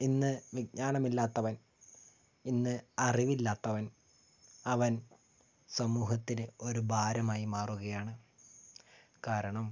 ഇന്ന് വിജ്ഞാനമില്ലാത്തവൻ ഇന്ന് അറിവില്ലാത്തവൻ അവൻ സമൂഹത്തിന് ഒരു ഭാരമായി മാറുകയാണ് കാരണം